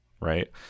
right